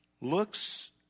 looks